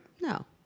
No